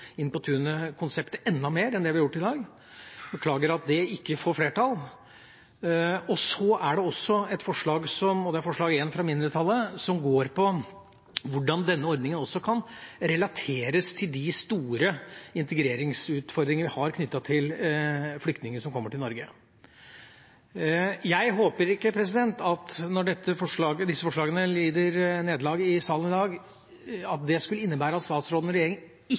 Inn på tunet-konseptet enda mer enn vi har gjort i dag. Jeg beklager at det ikke får flertall. Så er det også et forslag – forslag nr. 1 fra det samme mindretallet – som går på hvordan denne ordninga kan relateres til de store integreringsutfordringene vi har med flyktningene som kommer til Norge. Når disse forslagene lider nederlag i salen i dag, håper jeg ikke at det innebærer at statsråden og regjeringa ikke